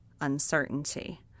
uncertainty